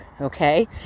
Okay